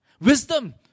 Wisdom